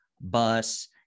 bus